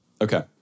Okay